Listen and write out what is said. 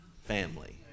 family